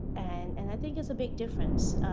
and and i think it's a big difference.